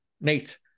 Nate